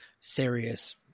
serious